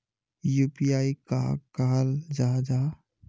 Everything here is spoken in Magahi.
यु.पी.आई कहाक कहाल जाहा जाहा?